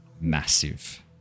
Massive